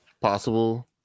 possible